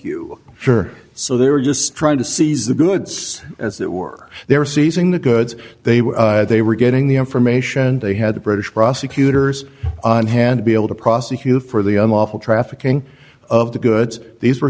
you sure so they were just trying to seize the goods as it were they were seizing the goods they were they were getting the information they had the british prosecutors on hand be able to prosecute for the unlawful trafficking of the goods these were